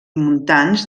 muntants